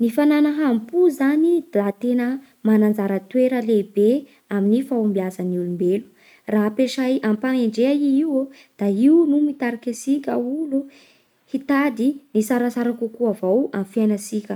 Ny fanana hambo-po zany da tena mana anjara toera lehibe amin'ny fahombiazan'olombelo, raha ampesay ampahendrea i io ô da io mitariky antsika olo hitady ny tsaratsara kokoa avao amin'ny fiainatsika.